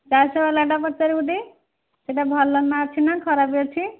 ଚାରି ଶହବାଲାଟା ପଚାରିବୁ ଟି ସେଇଟା ଭଲ ନା ଅଛି ନା ଖରାପ ଅଛି